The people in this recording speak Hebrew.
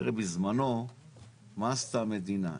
תראה, בזמנו מה עשתה המדינה?